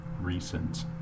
recent